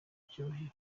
icyubahiro